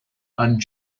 and